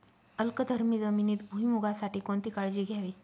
अल्कधर्मी जमिनीत भुईमूगासाठी कोणती काळजी घ्यावी?